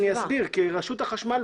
כי רשות החשמל,